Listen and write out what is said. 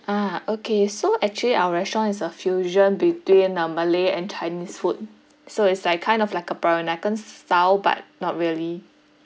ah okay so actually our restaurant is a fusion between uh malay and chinese food so is like kind of like a peranakan s~ style but not really